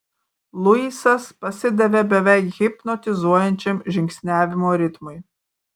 luisas pasidavė beveik hipnotizuojančiam žingsniavimo ritmui